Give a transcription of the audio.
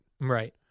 Right